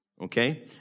okay